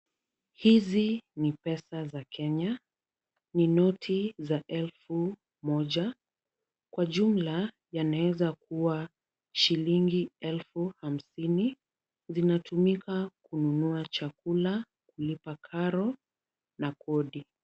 Hizi ni pesa za Kenya. Ni noti za elfu moja. Kwa jumla yanaweza kuwa shilingi elfu hamsini. Zinatumika kununua chakula, kulipa karo na kodi.